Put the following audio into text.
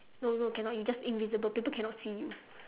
no no cannot you just invisible people cannot see you